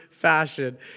fashion